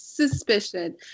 suspicion